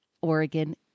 Oregon